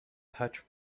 touched